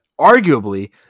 arguably